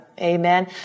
Amen